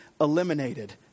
eliminated